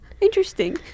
Interesting